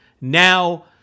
now